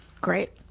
great